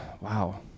wow